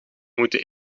moeten